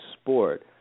sport